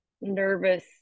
nervous